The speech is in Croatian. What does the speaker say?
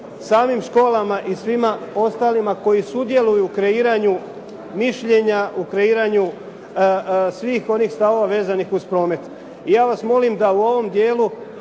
ovim školama i svima ostalima koji sudjeluju u kreiranju mišljenja, u kreiranju svih onih stavova vezanih uz promet. I ja vas molim da u ovom dijelu